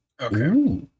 Okay